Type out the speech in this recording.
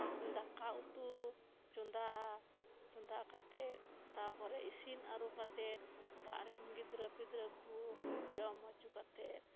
ᱫᱟᱠᱟ ᱩᱛᱩ ᱪᱚᱸᱫᱟ ᱪᱚᱸᱫᱟ ᱠᱟᱛᱮᱫ ᱛᱟᱯᱚᱨᱮ ᱤᱥᱤᱱ ᱟᱨᱩ ᱠᱟᱛᱮᱫ ᱚᱲᱟᱜ ᱨᱮᱱᱜᱤᱫᱽᱨᱟᱹ ᱯᱤᱫᱨᱟᱹᱠᱚ ᱡᱚᱢ ᱦᱚᱪᱩ ᱠᱟᱛᱮᱫ